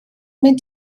mynd